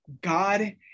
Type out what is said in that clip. God